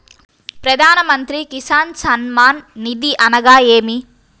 ప్రధాన మంత్రి కిసాన్ సన్మాన్ నిధి అనగా ఏమి?